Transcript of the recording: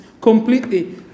completely